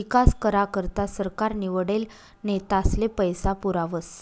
ईकास करा करता सरकार निवडेल नेतास्ले पैसा पुरावस